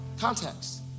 context